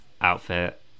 outfit